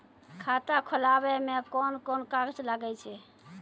खाता खोलावै मे कोन कोन कागज लागै छै?